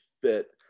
fit